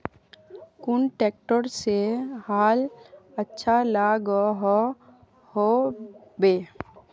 कुन ट्रैक्टर से हाल अच्छा लागोहो होबे?